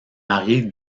mariée